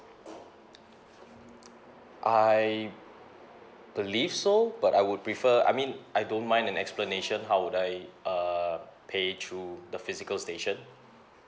I believe so but I would prefer I mean I don't mind an explanation how would I err pay through the physical station